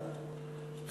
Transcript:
עמוסה,